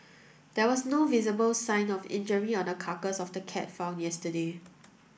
there was no visible sign of injury on the carcass of the cat found yesterday